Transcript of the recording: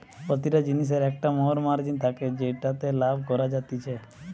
প্রতিটা জিনিসের একটো মোর মার্জিন থাকে যেটাতে লাভ করা যাতিছে